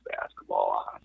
basketball